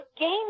game